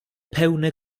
pełne